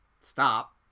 stop